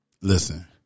Listen